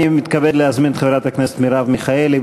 אני מתכבד להזמין את חברת הכנסת מרב מיכאלי.